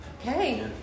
Okay